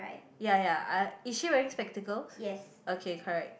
ya ya is she wearing spectacles okay correct